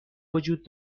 وجود